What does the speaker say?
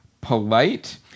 polite